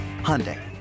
Hyundai